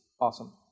awesome